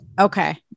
Okay